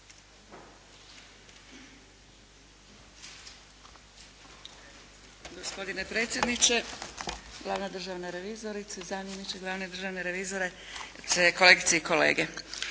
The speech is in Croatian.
Gospodine predsjedniče, glavna državna revizorice, zamjeniče glavne državne revizorice, kolegice i kolege!